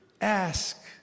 ask